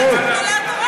אגיד לך,